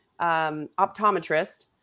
optometrist